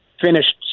finished